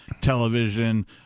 television